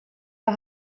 der